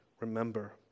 remember